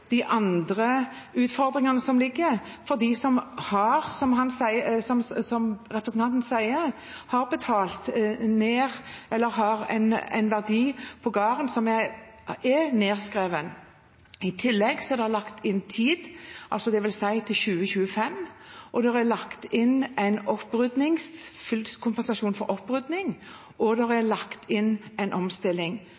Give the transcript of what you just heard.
de andre utfordringene for dem som, som representanten sier, har betalt ned eller har en verdi på gården som er nedskrevet. I tillegg er det lagt inn tid, dvs. til 2025, det er lagt inn full kompensasjon for opprydning, og det er lagt inn en omstilling. I denne beslutningen, som vi synes er